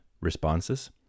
responses